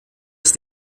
ist